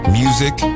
music